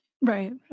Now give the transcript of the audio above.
Right